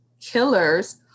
killers